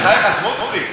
בחייך, סמוטריץ.